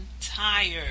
tired